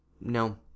No